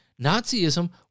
Nazism